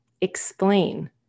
explain